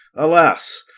alas!